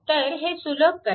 तर हे सुलभ करा